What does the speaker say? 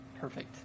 perfect